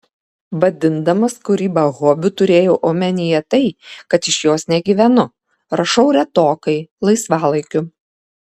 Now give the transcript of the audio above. vadindamas kūrybą hobiu turėjau omenyje tai kad iš jos negyvenu rašau retokai laisvalaikiu